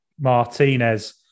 Martinez